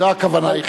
זו הכוונה היחידה.